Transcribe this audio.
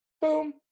boom